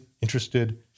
interested